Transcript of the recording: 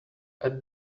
add